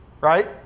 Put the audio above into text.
right